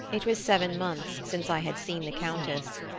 it was seven months since i had seen the countess,